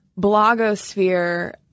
blogosphere